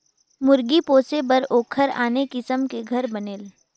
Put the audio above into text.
मुरगी पोसे बर ओखर आने किसम के घर बनेल